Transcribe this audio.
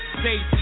states